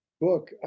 book